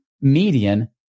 median